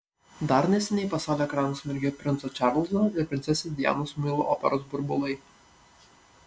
dar neseniai pasaulio ekranuose mirgėjo princo čarlzo ir princesės dianos muilo operos burbulai